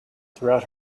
throughout